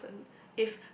if